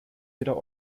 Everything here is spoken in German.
wieder